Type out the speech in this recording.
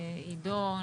אדו,